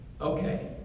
Okay